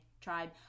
tribe